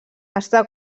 està